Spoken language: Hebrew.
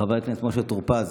חבר הכנסת משה טור פז,